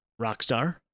Rockstar